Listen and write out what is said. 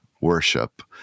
worship